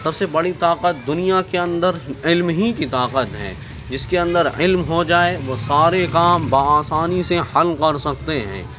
سب سے بڑی طاقت دنیا کے اندر علم ہی کی طاقت ہے جس کے اندر علم ہو جائے وہ سارے کام بآسانی سے حل کر سکتے ہیں